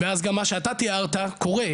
ואז גם מה שאתה תיארת קורה,